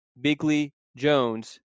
Bigley-Jones